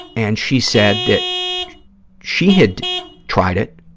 and she said that she had tried it,